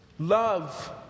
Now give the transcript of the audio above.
love